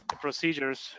procedures